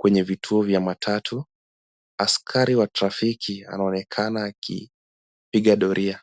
kwenye vituo vya matatu. Askari wa trafiki anaonekana akipiga doria.